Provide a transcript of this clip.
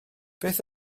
beth